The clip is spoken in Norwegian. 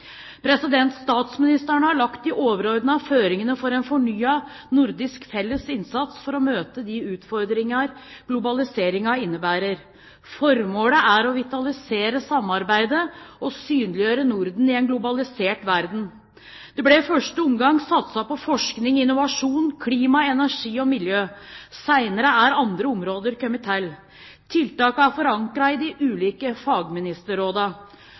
har lagt de overordnede føringene for en fornyet nordisk fellesinnsats for å møte de utfordringer globaliseringen innebærer. Formålet er å vitalisere samarbeidet og å synliggjøre Norden i en globalisert verden. Det ble i første omgang satset på forskning, innovasjon, klima, energi og miljø – senere er andre områder kommet til. Tiltakene er forankret i de ulike